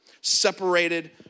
Separated